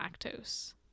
lactose